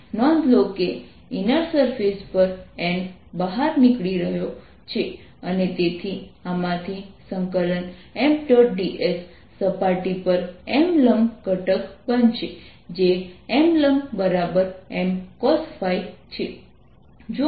તેથી અમે આ ઇન્ટિગ્રલની ગણતરી કરવા માટે આ જવાબનો ઉપયોગ કરીશું